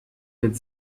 mit